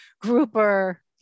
grouper